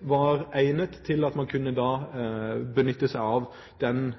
var egnet til at man kunne benytte seg av den